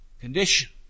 condition